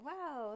Wow